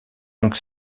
donc